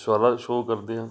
ਸਾਰਾ ਸ਼ੋਅ ਕਰਦੇ ਹਨ